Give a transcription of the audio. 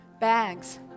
bags